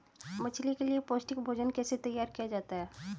मछली के लिए पौष्टिक भोजन कैसे तैयार किया जाता है?